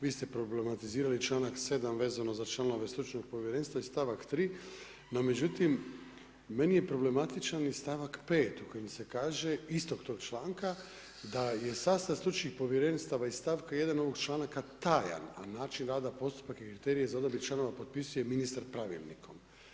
Vi ste problematizirali članak 7. vezano za članove stručnog povjerenstva i stavak 3. no međutim meni je problematičan i stavak 5. u kojem se kaže, istog tog članka da je sastav stručnih povjerenstava iz stavka 1. ovog članka tajan a način rada, postupak i kriterij je za odabir članova potpisuje ministar pravilnikom.